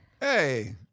Hey